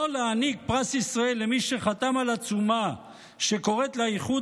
לא להעניק פרס ישראל למי שחתם על עצומה שקוראת לאיחוד